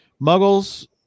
Muggles